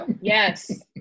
yes